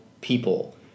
people